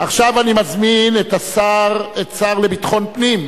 אני מזמין את השר לביטחון פנים.